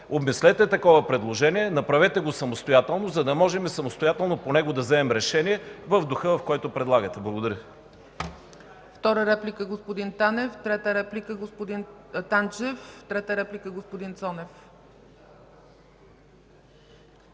обмислете такова предложение, направете го самостоятелно, за да можем и самостоятелно по него да вземем решение в духа, в който предлагате. Благодаря.